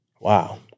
Wow